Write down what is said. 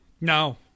No